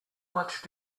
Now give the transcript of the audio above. much